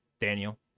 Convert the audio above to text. Daniel